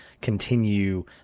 continue